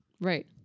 right